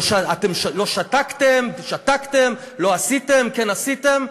לא שתקתם, ושתקתם, לא עשיתם, כן עשיתם.